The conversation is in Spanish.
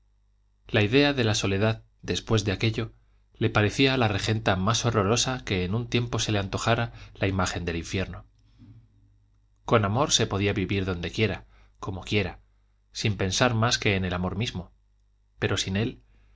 la idea de la soledad después de aquello le parecía a la regenta más horrorosa que en un tiempo se le antojara la imagen del infierno con amor se podía vivir donde quiera como quiera sin pensar más que en el amor mismo pero sin él